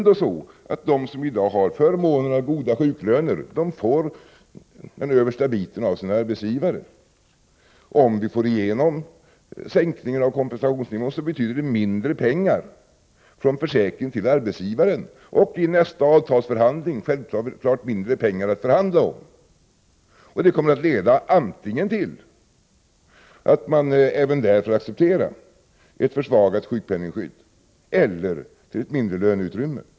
De som i dag har förmånen av goda sjuklöner får den översta biten av sin arbetsgivare. Om vi får igenom sänkningar av kompensationsnivån betyder detta mindre pengar från försäkringen till arbetsgivaren och i nästa avtalsförhandling självfallet mindre pengar att förhandla om. Detta kommer att leda till att man även här får acceptera antingen ett försvagat sjukpenningskydd eller ett mindre löneutrymme.